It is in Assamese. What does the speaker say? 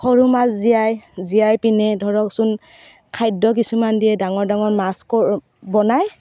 সৰু মাছ জীয়ায় জীয়াই পিনে ধৰকচোন খাদ্য কিছুমান দিয়ে ডাঙৰ ডাঙৰ মাছ ক বনায়